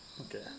okay